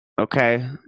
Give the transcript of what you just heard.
okay